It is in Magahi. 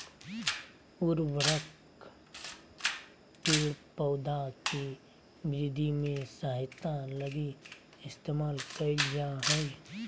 उर्वरक पेड़ पौधा के वृद्धि में सहायता लगी इस्तेमाल कइल जा हइ